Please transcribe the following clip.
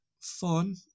fun